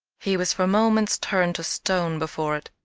he was for moments turned to stone before it.